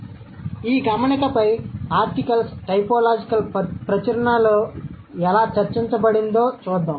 కాబట్టి ఈ గమనికపై ఆర్టికల్స్ టైపోలాజికల్ ప్రచురణలలో ఎలా చర్చించబడిందో చూద్దాం